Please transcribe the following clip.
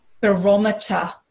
barometer